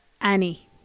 Annie